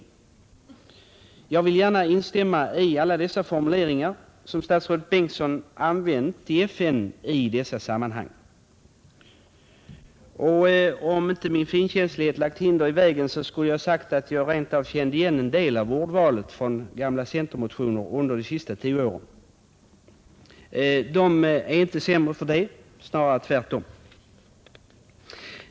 Jag vill gärna instämma i alla de formuleringar som statsrådet Bengtsson använt i FN i detta sammanhang. Om inte min finkänslighet hade lagt hinder i vägen, skulle jag ha sagt att jag rent kände igen en del av ordvalet från gamla centermotioner under de senaste tio åren. Det är inte sämre för det — snarare tvärtom. :.